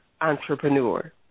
entrepreneur